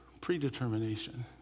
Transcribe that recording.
predetermination